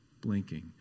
blinking